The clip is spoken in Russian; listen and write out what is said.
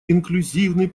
инклюзивный